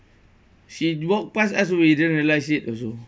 she walked past us we didn't realise it also